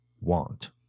want